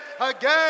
again